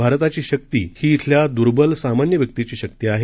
भारताचीशक्तीहीइथल्याद्र्बल सामान्यव्यक्तीचीशक्तीआहे